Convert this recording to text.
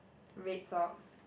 red socks